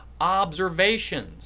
observations